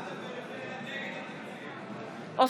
נגד חיים כץ, נגד ישראל כץ,